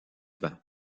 vent